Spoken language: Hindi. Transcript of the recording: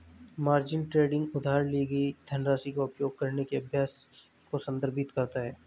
मार्जिन ट्रेडिंग उधार ली गई धनराशि का उपयोग करने के अभ्यास को संदर्भित करता है